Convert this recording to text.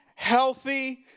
healthy